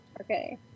okay